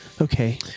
okay